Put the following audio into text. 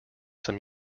some